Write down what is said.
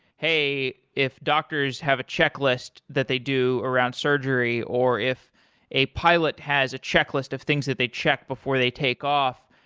hey, if doctors have a checklist that they do around surgery or if a pilot has a checklist of things that they check before they take off,